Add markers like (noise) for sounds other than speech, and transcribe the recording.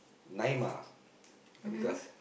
Naimah (breath) because